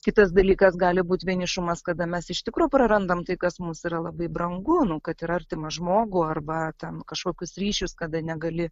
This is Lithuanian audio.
kitas dalykas gali būti vienišumas kada mes iš tikro prarandam tai kas mus yra labai brangu kad ir artimą žmogų arba ten kažkokius ryšius kada negali